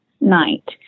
night